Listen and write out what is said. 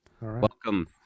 Welcome